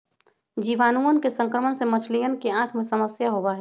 जीवाणुअन के संक्रमण से मछलियन के आँख में समस्या होबा हई